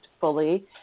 fully